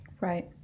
Right